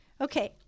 Okay